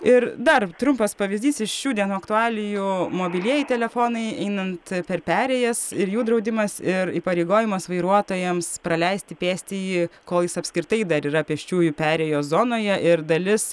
ir dar trumpas pavyzdys iš šių dienų aktualijų mobilieji telefonai einant per perėjas ir jų draudimas ir įpareigojimas vairuotojams praleisti pėstįjį kol jis apskritai dar yra pėsčiųjų perėjos zonoje ir dalis